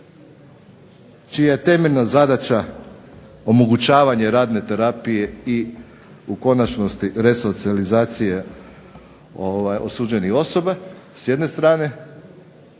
čija je temeljna zadaća omogućavanje radne terapije i u konačnosti resocijalizacija osuđenih osoba s jedne strane